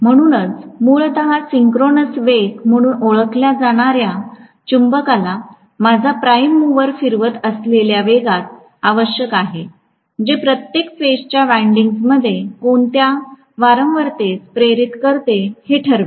म्हणूनच मूलत सिंक्रोनस वेग म्हणून ओळखल्या जाणार्या चुंबकाला माझा प्राइम मूवर फिरवित असलेल्या वेगात आवश्यक आहे जे प्रत्येक फेजच्या विंडिंग्जमध्ये कोणत्या वारंवारतेस प्रेरित करते हे ठरवेल